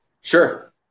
Sure